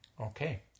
Okay